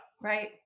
Right